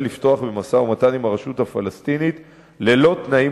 לפתוח במשא-ומתן עם הרשות הפלסטינית ללא תנאים